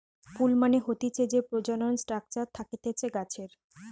ফুল মানে হতিছে যে প্রজনন স্ট্রাকচার থাকতিছে গাছের